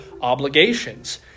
obligations